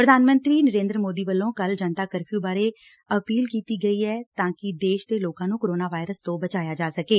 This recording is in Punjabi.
ਪ੍ਧਾਨ ਮੰਤਰੀ ਨਰੇਂਦਰ ਮੋਦੀ ਵੱਲੋਂ ਕੱਲ ਜਨਤਾ ਕਰਫਿਉ ਬਾਰੇ ਅਪੀਲ ਕੀਤੀ ਗਈ ਐ ਤਾਂ ਕਿ ਦੇਸ਼ ਦੇ ਲੋਕਾਂ ਨੁੰ ਕੋਰੋਨਾ ਵਾਇਰਸ ਤੋਂ ਬਚਾਇਆ ਜਾ ਸਕੇ